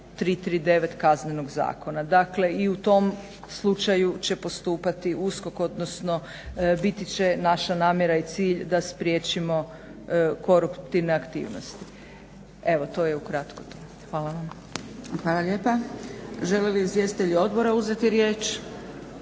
339. Kaznenog zakona. Dakle, i u tom slučaju će postupati USKOK odnosno biti će naša namjera i cilj da spriječimo koruptivne aktivnosti. Evo to je ukratko to. **Zgrebec, Dragica (SDP)** Hvala lijepa. Žele li izvjestitelji Odbora uzeti riječ?